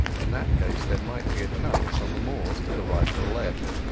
in that case there might be a chance on the moors to the right or left.